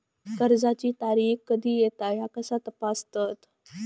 कर्जाची तारीख कधी येता ह्या कसा तपासतत?